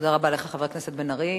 תודה רבה לך, חבר הכנסת בן-ארי.